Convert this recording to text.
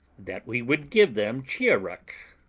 that we would give them chiaruck,